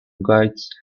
guides